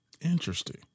Interesting